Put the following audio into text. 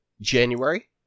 January